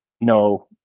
no